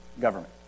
government